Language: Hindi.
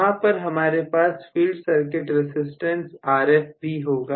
यहां पर हमारे पास फील्ड सर्किट रसिस्टेंस Rf भी होगा